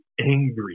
angry